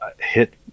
hit